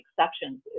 exceptions